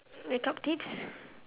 makeup tips